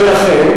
ולכן,